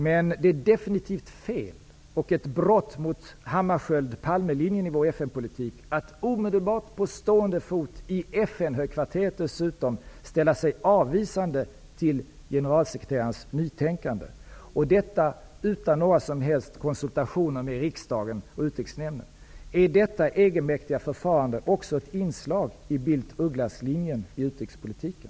Men det är definitivt fel, och ett brott mot Hammarsköljd-Palme-linjen i vår FN-politik, att omedelbart på stående fot, i FN-högkvarteret dessutom, ställa sig avvisande till generalsekreterarens nytänkande, och detta utan några som helst konsultationer med riksdagen och utrikesnämnden. Detta egenmäktiga förfarande är också ett inslag i Bildt-Ugglas-linjen i utrikespolitiken.